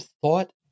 thought